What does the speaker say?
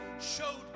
showed